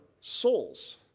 souls